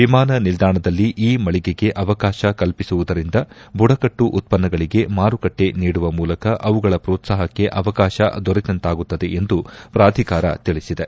ವಿಮಾನನಿಲ್ಲಾಣದಲ್ಲಿ ಈ ಮಳಿಗೆಗೆ ಅವಕಾಶ ಕಲ್ಪಿಸುವುದರಿಂದ ಬುಡಕಟ್ಲು ಉತ್ಪನ್ನಗಳಿಗೆ ಮಾರುಕಟ್ಲೆ ನೀಡುವ ಮೂಲಕ ಅವುಗಳ ಪ್ರೋತ್ಸಾಹಕ್ಕೆ ಅವಕಾಶ ದೊರೆತಂತಾಗುತ್ತದೆ ಎಂದು ಪ್ರಾಧಿಕಾರ ತಿಳಿಸಿದೆ